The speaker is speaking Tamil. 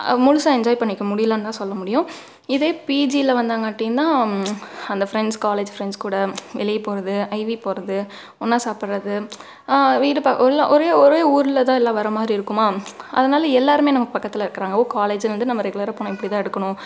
முழுசாக என்ஜாய் பண்ணிக்க முடியலனுதான் சொல்ல முடியும் இதே பிஜியில வந்தங்காட்டின்னா அந்த ஃப்ரெண்ட்ஸ் காலேஜ் ஃப்ரெண்ட்ஸ் கூட வெளியே போகிறது ஐவி போகிறது ஒன்றா சாப்பிட்றது வீடு ஒரே ஒரே ஊர்லதான் எல்லாம் வர மாதிரி இருக்குமா அதனால எல்லாருமே நமக்கு பக்கத்தில் இருக்குறாங்க ஒ காலேஜ் வந்து நம்ம ரெகுலராக போனால் இப்படிதான் எடுக்கணும்